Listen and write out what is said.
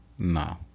no